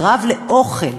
רעב לאוכל.